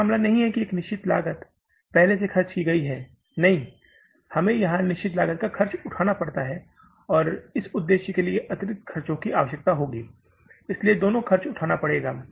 यह मामला नहीं है कि एक निश्चित लागत पहले से ही खर्च की गई है नहीं हमें यहां निश्चित लागत का खर्च उठाना पड़ता है और इस उद्देश्य के लिए अतिरिक्त ख़र्चों की आवश्यकता होती है इसलिए दोनों खर्चा उठाना पड़ेगा